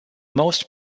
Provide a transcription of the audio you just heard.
most